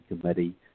Committee